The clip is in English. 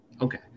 Okay